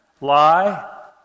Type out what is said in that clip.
lie